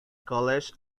college